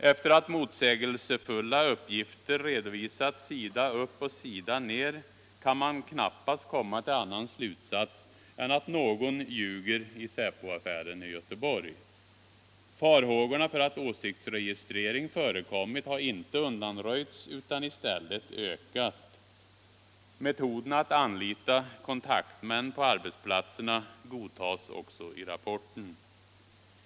Efter att motsägelsefulla uppgifter redovisats sida upp och sida ner kan man knappast komma till annan slutsats än att någon ljuger i säpoaffären i Göteborg. Farhågorna för att åsiktsregistrering förekommit har inte undanröjts utan i stället ökat. Metoden att anlita kontaktmän på arbetsplatserna godtas också i rapporten.